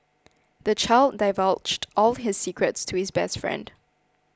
the child divulged all his secrets to his best friend